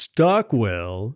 Stockwell